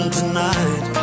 tonight